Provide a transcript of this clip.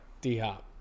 D-Hop